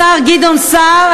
השר גדעון סער.